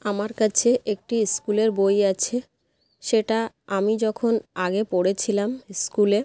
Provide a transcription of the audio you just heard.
আমার কাছে একটি স্কুলের বই আছে সেটা আমি যখন আগে পড়েছিলাম স্কুলে